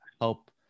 help